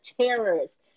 terrorists